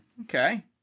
Okay